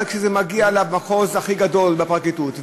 אבל כשזה מגיע למחוז הכי גדול בפרקליטות,